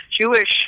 Jewish